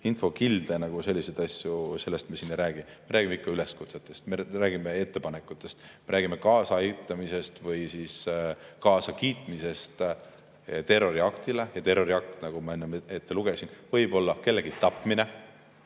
infokildudest ja sellistest asjadest me siin ei räägi, me räägime ikka üleskutsetest. Me räägime ettepanekutest, me räägime kaasaaitamisest või kaasakiitmisest terroriaktile. Terroriakt, nagu ma enne ette lugesin, võib olla kellegi tapmine,